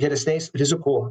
geresniais rizikų